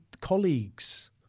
colleagues